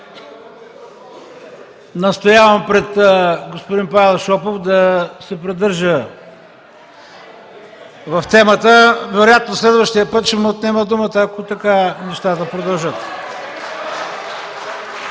настоявам пред господин Павел Шопов да се придържа в темата. Вероятно следващия път ще му отнема думата, ако нещата продължат